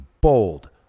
bold